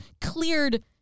cleared